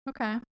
Okay